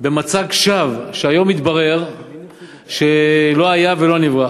במצג שווא, שהיום התברר שלא היה ולא נברא.